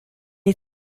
est